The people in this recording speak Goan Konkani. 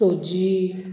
सोजी